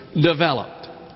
developed